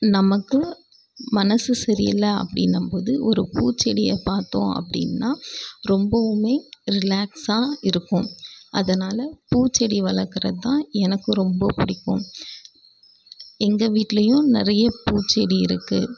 நமக்கு மனது சரியில்லை அப்படினம் போது ஒரு பூச்செடியை பார்த்தோம் அப்படினா ரொம்பவுமே ரிலாக்ஸாக இருக்கும் அதனால் பூச்செடி வளர்க்குறது தான் எனக்கு ரொம்ப பிடிக்கும் எங்கள் வீட்டிலயும் நிறைய பூச்செடி இருக்குது